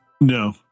No